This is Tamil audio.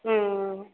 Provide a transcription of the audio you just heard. ம்